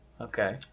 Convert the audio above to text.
Okay